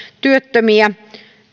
työttömiä